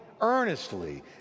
earnestly